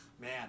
Man